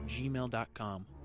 gmail.com